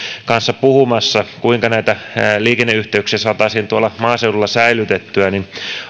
kanssa puhumassa kuinka näitä liikenneyhteyksiä saataisiin tuolla maaseudulla säilytettyä niin